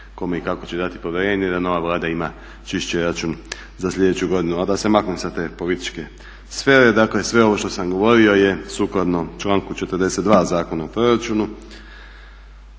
kome i kako će dati povjerenje, da nova Vlada ima čišći račun za sljedeću godinu. A da se maknem sa te političke sfere, dakle sve ovo što sam govorio je sukladno članku 42. Zakona o proračunu,